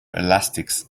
elastics